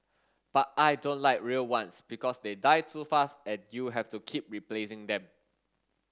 but I don't like real ones because they die too fast and you have to keep replacing them